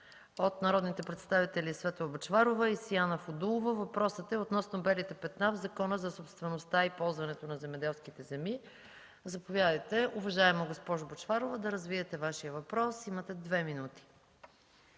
от народните представители Светла Бъчварова и Сияна Фудулова – въпросът е относно „белите петна” в Закона за собствеността и ползването на земеделските земи. Заповядайте, уважаема госпожо Бъчварова, за да развиете своя въпрос. СВЕТЛА